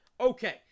Okay